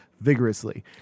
vigorously